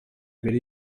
mbere